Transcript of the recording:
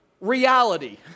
reality